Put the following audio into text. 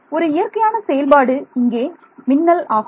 ஒரு இயற்கையான செயல்பாடு இங்கே மின்னல் ஆகும்